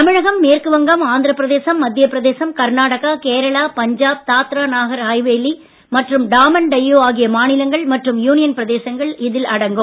தமிழகம் மேற்குவங்கம் ஆந்திரபிரதேசம் மத்திய பிரதேசம் கர்நாடகா கேரளா பஞ்சாப் தாத்ரா நாகர்ஹவேலி மற்றும் டாமன் டையூ ஆகிய மாநிலங்கள் மற்றும் யூனியன் பிரதேசங்கள் இதில் அடங்கும்